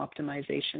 optimization